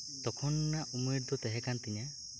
ᱛᱚᱠᱷᱚᱱᱟᱜ ᱩᱢᱮᱨ ᱫᱚ ᱛᱟᱦᱮᱸᱠᱟᱱᱛᱤᱧᱟᱹ